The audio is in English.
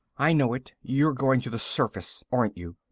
i know it. you're going to the surface. aren't you?